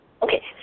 Okay